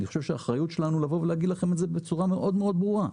אני חושב שהאחריות שלנו לבוא ולהגיד לכם את זה בצורה מאוד מאוד ברורה.